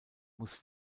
muss